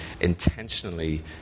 intentionally